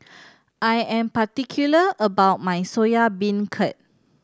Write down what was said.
I am particular about my Soya Beancurd